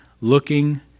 looking